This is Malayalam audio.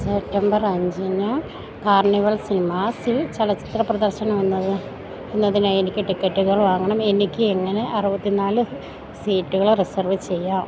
സെപ്റ്റംബർ അഞ്ചിന് കാർണിവൽ സിനിമാസിൽ ചലച്ചിത്ര പ്രദർശനം എന്നത് എന്നതിനായി എനിക്ക് ടിക്കറ്റുകൾ വാങ്ങണം എനിക്ക് എങ്ങനെ അറുപത്തിനാല് സീറ്റുകൾ റിസർവ് ചെയ്യാം